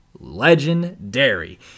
legendary